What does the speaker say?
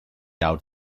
out